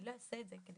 אני לא אעשה את זה.